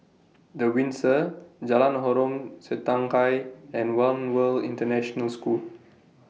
The Windsor Jalan Harom Setangkai and one World International School